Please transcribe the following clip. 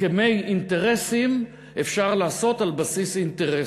הסכמי אינטרסים אפשר לעשות על בסיס אינטרסים.